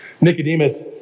Nicodemus